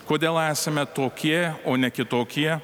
kodėl esame tokie o ne kitokie